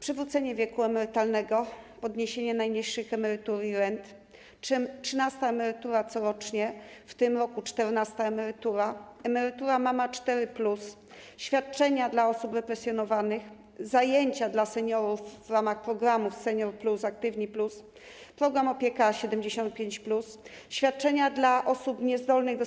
Przywrócenie wieku emerytalnego, podniesienie najniższych emerytur i rent, trzynasta emerytura corocznie, w tym roku czternasta emerytura, emerytura „Mama 4+”, świadczenia dla osób represjonowanych, zajęcia dla seniorów w ramach programów „Senior+” i „Aktywni+”, program „Opieka 75+”, świadczenia dla osób niezdolnych do